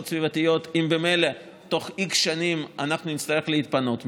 סביבתיות אם ממילא תוך x שנים אנחנו נצטרך להתפנות מזה?